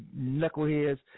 knuckleheads